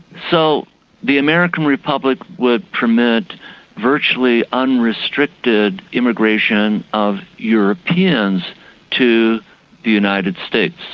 so the american republic would permit virtually unrestricted immigration of europeans to the united states,